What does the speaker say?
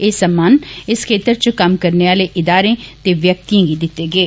एह सम्मान इस खेतर च कम्म करने आले इदारें ते व्यक्तिएं गी दिते गे